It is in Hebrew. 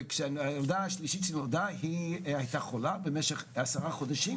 והילדה השלישית שנולדה הייתה חולה במשך עשרה חודשים